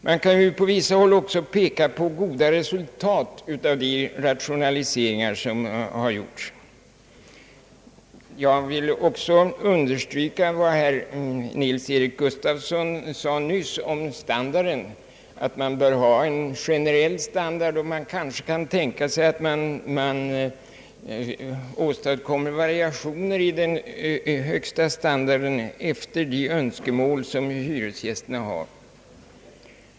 Man kan i vissa fall peka på goda resultat av de rationaliseringar som har gjorts. Jag vill understryka vad herr Nils-Eric Gustafsson sade nyss om standarden, nämligen att det bör vara en generell standard och att man kanske kan tänka sig att åstadkomma variationer i den högsta standarden efter de önskemål som hyresgästerna har.